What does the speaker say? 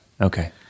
Okay